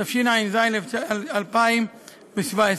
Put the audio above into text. התשע"ז 2017,